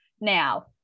Now